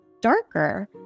darker